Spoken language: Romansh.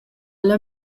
alla